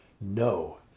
no